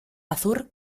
azur